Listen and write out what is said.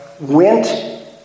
went